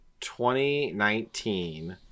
2019